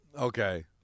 Okay